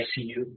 ICU